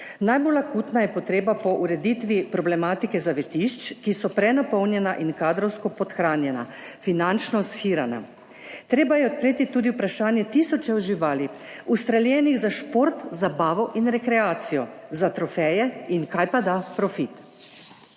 Najbolj akutna je potreba po ureditvi problematike zavetišč, ki so prenapolnjena in kadrovsko podhranjena, finančno shirana. Treba je odpreti tudi vprašanje tisočev živali, ustreljenih za šport, zabavo in rekreacijo, za trofeje in kajpada profit.